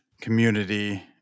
community